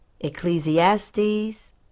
Ecclesiastes